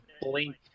blink